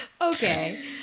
Okay